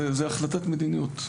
זאת החלטת מדיניות.